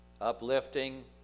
uplifting